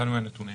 לנו אין נתונים.